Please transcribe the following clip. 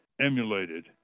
emulated